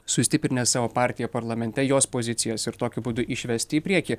sustiprinęs savo partiją parlamente jos pozicijas ir tokiu būdu išvesti į priekį